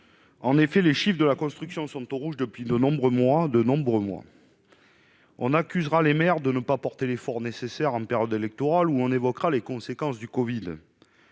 En effet, les chiffres de la construction sont au rouge depuis de nombreux mois. On accusera sans doute les maires de ne pas porter l'effort nécessaire en période électorale ou on évoquera les conséquences du covid-19